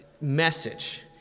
message